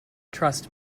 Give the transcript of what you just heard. trust